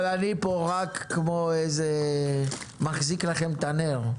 אבל אני פה רק כמו איזה מחזיק לכם את הנר.